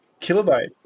Kilobyte